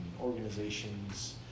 organizations